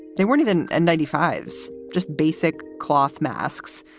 they weren't even. and ninety five's just basic cloth masks.